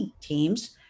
teams